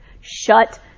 Shut